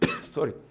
sorry